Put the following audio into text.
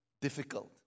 difficult